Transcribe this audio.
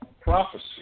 prophecy